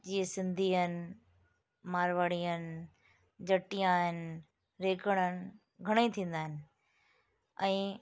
जीअं सिंधी आहिनि मारवाड़ी आहिनि जटिया आहिनि रेगड़नि घणेई थींदा आहिनि ऐं